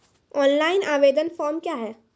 Online आवेदन form क्या हैं?